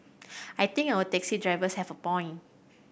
I think our taxi drivers have a point